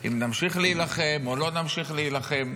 אם נמשיך להילחם או לא נמשיך להילחם?